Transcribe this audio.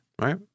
right